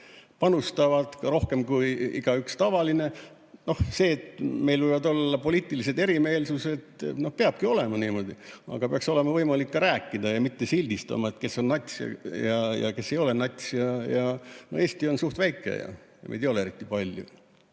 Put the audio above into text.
panustavad rohkem kui iga tavaline inimene. See, et meil võivad olla poliitilised erimeelsused – peabki olema niimoodi. Aga peaks olema võimalik ka rääkida ja mitte sildistada, kes on nats ja kes ei ole nats. Eesti on suht väike ja meid ei ole eriti palju.